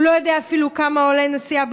הוא לא יודע אפילו כמה עולה נסיעה